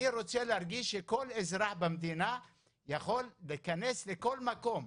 אני רוצה להרגיש שכל אזרח במדינה יכול להיכנס לכל מקום.